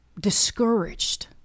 discouraged